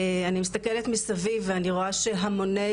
אני מסתכלת מסביב ואני רואה שהמוני